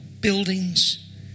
buildings